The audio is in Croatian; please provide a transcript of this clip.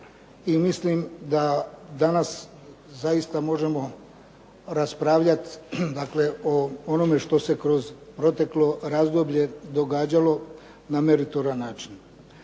mislim da danas zaista možemo raspravljat o onome što se kroz proteklo razdoblje događalo na meritoran način.